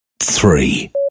three